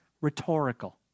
rhetorical